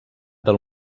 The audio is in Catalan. del